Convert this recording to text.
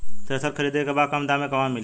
Thresher खरीदे के बा कम दाम में कहवा मिली?